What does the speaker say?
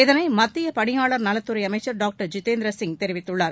இதனை மத்திய பணியாளர் நலத்துறை அமைச்சர் டாக்டர் ஜிதேந்திர சிங் தெரிவித்துள்ளார்